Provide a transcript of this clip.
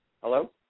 Hello